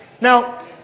Now